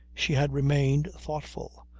she had remained thoughtful,